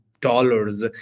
dollars